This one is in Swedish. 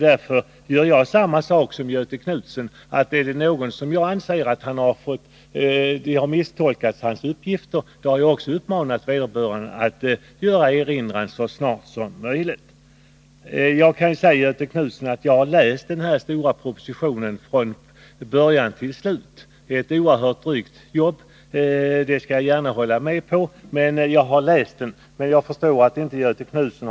Därför har jag gjort samma sak som Göthe Knutson — om det varit någon som ansett att hans uppgifter misstolkats, så har jag också uppmanat vederbörande att göra erinran så snart som möjligt. Jag kan nämna för Göthe Knutson att jag har läst den stora propositionen om fastighetstaxeringslagen från början till slut. Det är ett oerhört drygt jobb — det skall jag gärna hålla med om — men jag har som sagt läst propositionen.